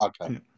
Okay